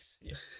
Yes